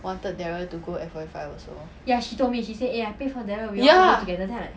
wanted darryl to go F Y five also ya